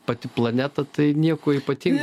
pati planeta tai nieko ypatingo